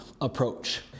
approach